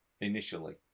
initially